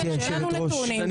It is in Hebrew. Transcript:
שאין לנו נתונים.